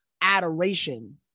adoration